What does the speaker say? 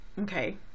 Okay